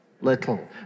little